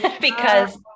because-